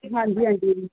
ਹਾਂਜੀ ਹਾਂਜੀ